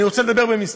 אני רוצה לדבר במספרים: